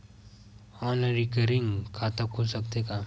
Online recurring खाता खुल सकथे का?